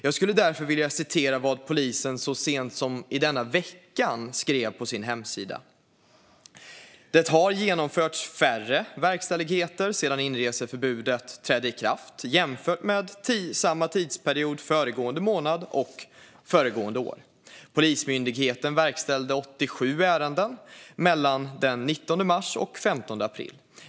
Jag skulle därför vilja citera vad polisen så sent som i denna vecka skrev på sin hemsida: "Det har genomförts färre verkställigheter sedan inreseförbudet trädde i kraft, jämfört med samma tidsperiod föregående månad och föregående år. Polismyndigheten verkställde 87 ärenden . mellan den 19 mars och 15 april.